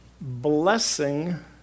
blessing